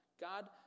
God